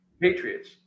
Patriots